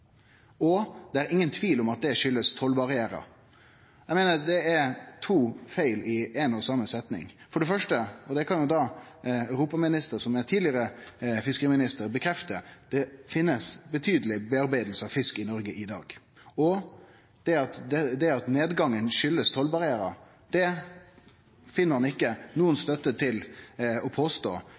og det er ingen tvil om at det skyldes tollbarriérene.» Eg meiner at det her er to feil i ei og same setning. For det første er det – det kan jo da europaministeren, som er tidlegare fiskeriminister, bekrefte – monaleg foredling av fisk i Noreg i dag, og det at nedgangen har si årsak i tollbarrierar, finn han ingen støtte til å påstå